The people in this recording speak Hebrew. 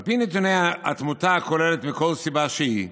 על פי נתוני התמותה הכוללת, מכל סיבה שהיא,